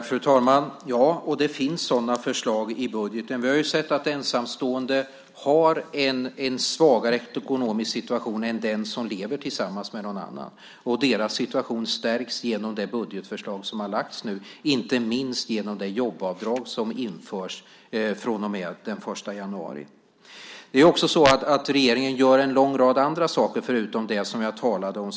Fru talman! Ja, och det finns sådana förslag i budgeten. Vi har sett att ensamstående har en svagare ekonomisk situation än den som lever tillsammans med någon annan. Deras situation stärks genom det budgetförslag som har lagts fram nu, inte minst genom det jobbavdrag som införs från och med den 1 januari. Regeringen gör också en lång rad andra saker, förutom det som jag talade om.